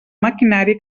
maquinari